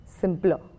simpler